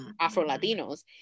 afro-latinos